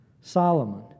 Solomon